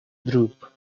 droop